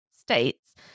states